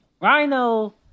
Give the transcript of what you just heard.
Rhino